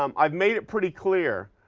um i've made it pretty clear.